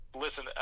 Listen